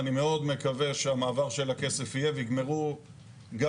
אני מאוד מקווה שהמעבר של הכסף יהיה ויגמרו גם